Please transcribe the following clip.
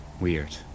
Weird